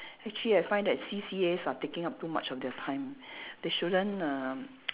actually I find that C_C_As are taking up too much of their time they shouldn't uh